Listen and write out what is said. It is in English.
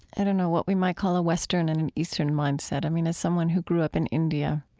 i don't know, what we may call a western and an eastern mindset? i mean, as someone who grew up in india,